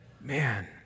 Man